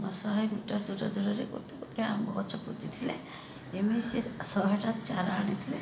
ଶହେ ମିଟର୍ ଦୂର ଦୂରରେ ଗୋଟେ ଗୋଟେ ଆମ୍ବ ଗଛ ପୋତିଥିଲେ ଏମିତି ସେ ଆ ଶହେଟା ଚାରା ଆଣିଥିଲେ